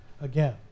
again